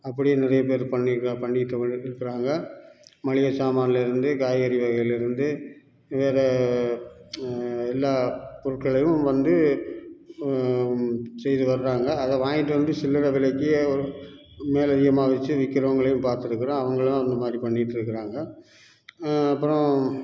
அப்படியும் நிறைய பேர் பண்ணி பண்ணிட்டு இருக்கிறாங்க மளிகை சாமான்லேருந்து காய்கறி வகையிலேருந்து வேறு எல்லா பொருட்களையும் வந்து செய்து வர்றாங்க அதை வாங்கிட்டு வந்து சில்லறை விலைக்கு மேலே அதிகமாக வைச்சி விக்கிறவங்களையும் பாத்துருக்கிறேன் அவங்களும் அந்த மாதிரி பண்ணிட்ருக்கிறாங்க அப்புறம்